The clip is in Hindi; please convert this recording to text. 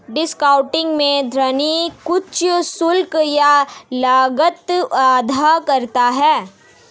डिस्कॉउंटिंग में ऋणी कुछ शुल्क या लागत अदा करता है